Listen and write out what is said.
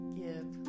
give